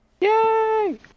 Yay